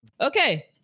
Okay